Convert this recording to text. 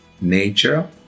nature